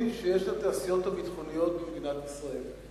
שיש לתעשיות הביטחוניות במדינת ישראל.